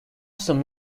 some